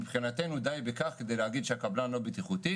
מבחינתנו די בכך כדי להגיד שהקבלן לא בטיחותי